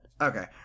okay